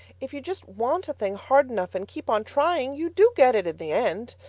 if you just want a thing hard enough and keep on trying, you do get it in the end.